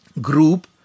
group